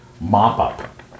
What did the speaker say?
mop-up